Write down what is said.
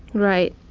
right.